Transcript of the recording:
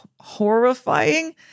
horrifying